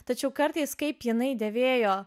tačiau kartais kaip jinai dėvėjo